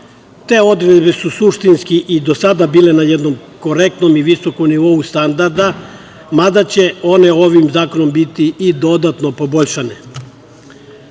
Te odredbe su suštinski i do sada bile na jednom korektnom i visokom nivou standarda, mada će one ovim zakonom biti i dodatno poboljšane. Tu